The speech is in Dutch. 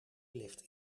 ligt